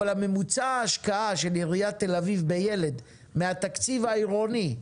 אבל ממוצע ההשקעה של עיריית תל-אביב בילד מהתקציב העירוני,